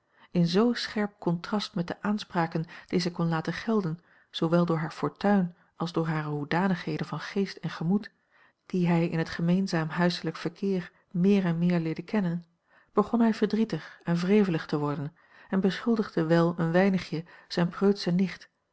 in z scherp contrast met de aanspraken die zij kon laten gelden zoowel door hare fortuin als door hare hoedanigheden van geest en gemoed die hij in het gemeenzaam huiselijk verkeer meer en meer leerde kennen begon hij verdrietig en wrevelig te worden en beschuldigde wel een weinigje zijne preutsche nicht